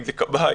כבאי,